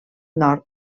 nord